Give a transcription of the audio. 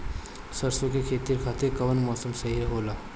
सरसो के खेती के खातिर कवन मौसम सही होला?